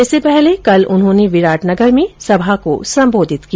इससे पहले कल उन्होंने विराटनगर में सभा को संबोधित किया